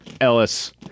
Ellis